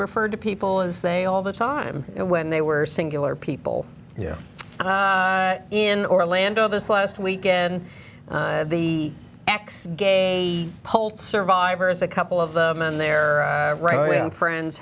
referred to people as they all the time when they were singular people in orlando this last weekend the x gay the whole survivor is a couple of them and their friends